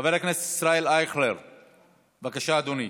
חבר הכנסת ישראל אייכלר, בבקשה, אדוני.